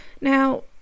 Now